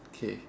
K